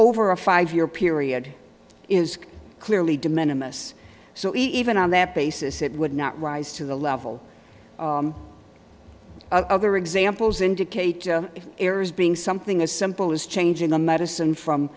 over a five year period is clearly de minimus so even on that basis it would not rise to the level other examples indicate errors being something as simple as changing the medicine from